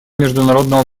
международного